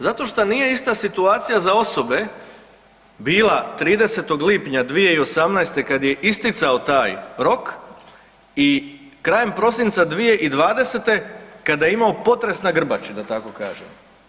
Zato što nije ista situacija za osobe bila 30. lipnja 2018. kada je isticao taj rok i krajem prosinca 2020. kada je imao potres na grbači da tako kažem.